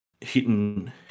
hitting